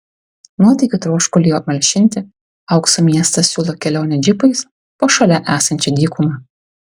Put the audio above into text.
nuotykių troškuliui apmalšinti aukso miestas siūlo kelionę džipais po šalia esančią dykumą